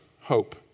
hope